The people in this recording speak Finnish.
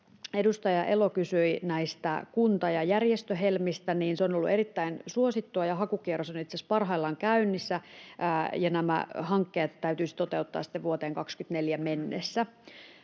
Edustaja Elo kysyi näistä Kunta- ja Järjestö-Helmistä. Se on ollut erittäin suosittua, ja hakukierros on itse asiassa parhaillaan käynnissä, ja nämä hankkeet täytyisi toteuttaa sitten vuoteen 24 mennessä.